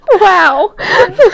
Wow